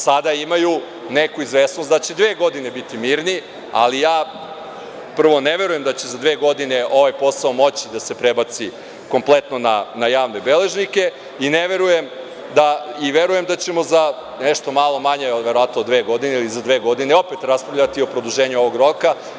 Sada imaju neku izvesnost da će dve godine biti mirni, ali ja prvo ne verujem da će za dve godine ovaj posao moći da se prebaci kompletno na javne beležnike i verujem da ćemo za nešto malo manje verovatno od dve godine ili za dve godine opet raspravljati o produženju ovog roka.